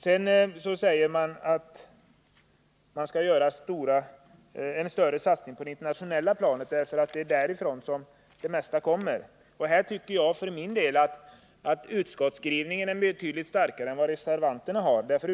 Sedan säger man att det skall göras en större satsning på det internationella planet, för det är därifrån som de flesta föroreningarna kommer. Här tycker jag att utskottsskrivningen är betydligt starkare än reservanternas skrivning.